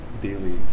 daily